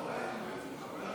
עוד אחד,